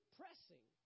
pressing